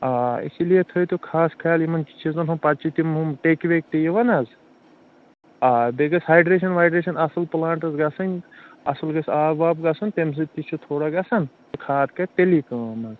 آ اِسی لیے تھٲیتو خاص خیال یِمَن چیٖزَن ہُنٛد پَتہٕ چھِ تِم ہُم ٹیٚکۍ ویٚکۍ تہِ یِوان حظ آ بیٚیہِ گٔژھ ہایڈرٛیشَن وایڈرٛیشَن اَصٕل پٕلانٹَس گَژھٕنۍ اَصٕل گَژھِ آب واب گَژھُن تَمہِ سۭتۍ تہِ چھُ تھوڑا گژھان تہٕ کھاد کَرِ تیٚلی کٲم حظ